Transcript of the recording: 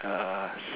uh s~